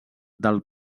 del